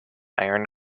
iron